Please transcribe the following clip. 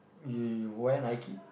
you you wore Nike